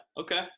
Okay